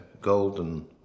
golden